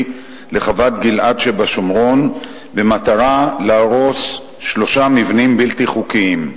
לחוות-גלעד שבשומרון במטרה להרוס שלושה מבנים בלתי חוקיים.